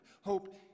hope